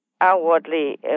Outwardly